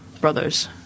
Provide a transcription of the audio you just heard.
Brothers